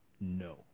no